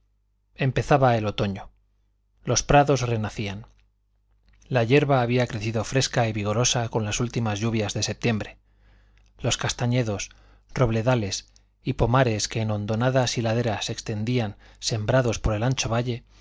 empezaba el otoño los prados renacían la yerba había crecido fresca y vigorosa con las últimas lluvias de septiembre los castañedos robledales y pomares que en hondonadas y laderas se extendían sembrados por el ancho valle